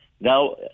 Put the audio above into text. Now